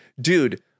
dude